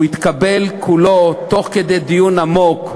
הוא התקבל כולו תוך כדי דיון עמוק,